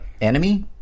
Enemy